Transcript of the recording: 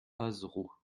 azerot